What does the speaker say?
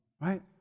Right